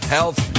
Health